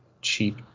cheap